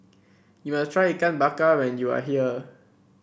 you must try Ikan Bakar when you are here